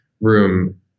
room